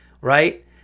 Right